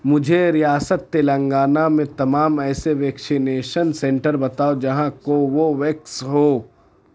مجھے ریاست تلنگانہ میں تمام ایسے ویکسینیشن سنٹر بتاؤ جہاں کوووویکس ہو